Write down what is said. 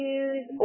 use